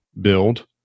build